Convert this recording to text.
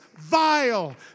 vile